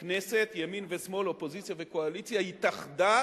הכנסת, ימין ושמאל, אופוזיציה וקואליציה, התאחדה